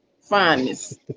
fineness